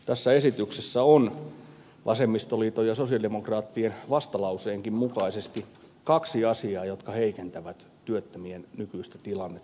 tässä esityksessä on vasemmistoliiton ja sosialidemokraattien vastalauseenkin mukaisesti kaksi asiaa jotka heikentävät työttömien nykyistä tilannetta